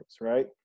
right